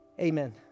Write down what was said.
Amen